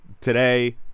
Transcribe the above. Today